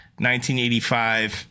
1985